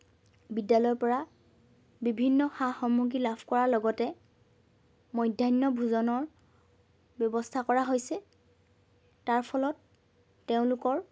বিদ্যালয়ৰ পৰা বিভিন্ন সা সামগ্ৰী লাভ কৰাৰ লগতে মধ্যাহ্ন ভোজনৰ ব্যৱস্থা কৰা হৈছে তাৰ ফলত তেওঁলোকৰ